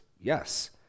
yes